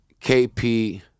KP